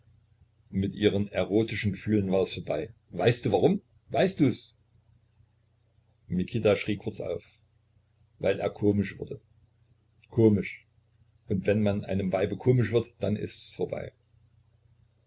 mit ihren erotischen gefühlen war es vorbei weißt du warum weißt dus mikita schrie kurz auf weil er komisch wurde komisch und wenn man einem weibe komisch wird dann ists vorbei